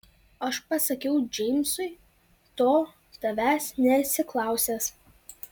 aš pasakiau džeimsui to tavęs neatsiklausęs